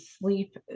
sleep